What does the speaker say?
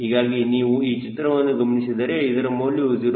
ಹೀಗಾಗಿ ನೀವು ಈ ಚಿತ್ರವನ್ನು ಗಮನಿಸಿದರೆ ಇದರ ಮೌಲ್ಯವು 0